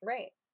Right